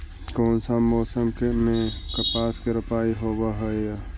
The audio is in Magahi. कोन सा मोसम मे कपास के रोपाई होबहय?